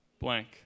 blank